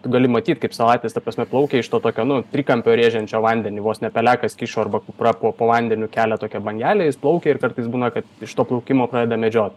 tu gali matyt kaip salatis ta prasme plaukia iš to tokio nu trikampio rėžiančio vandenį vos ne pelekas kyšo arba kupra po po vandeniu kelia tokią bangelę jis plaukia ir kartais būna kad iš to plaukimo pradeda medžiot